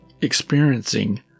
experiencing